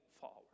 forward